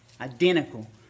Identical